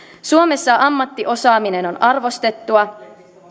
suomessa ammattiosaaminen on arvostettua